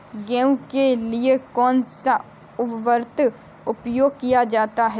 गेहूँ के लिए कौनसा उर्वरक प्रयोग किया जाता है?